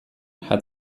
hat